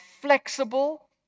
flexible